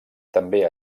també